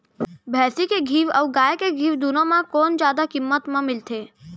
भैंसी के घीव अऊ गाय के घीव दूनो म कोन जादा किम्मत म मिलथे?